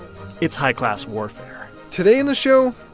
it's high-class warfare today on the show,